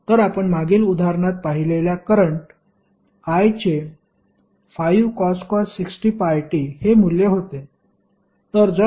तर आपण मागील उदाहरणात पाहिलेला करंट i चे 5cos 60πt हे मूल्य होते